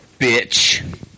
bitch